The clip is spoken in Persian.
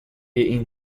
این